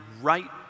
right